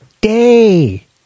day